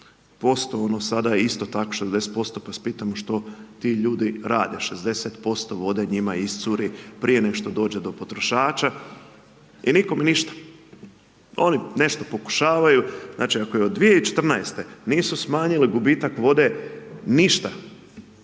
60% ono sada je isto tako 60% pa vas pitam što ti ljudi rade, 60% vode njima iscuri prije nego što dođe do potrošača i nikome ništa. Oni nešto pokušavaju, znači ako od 2014. nisu smanjili gubitak vode, ništa,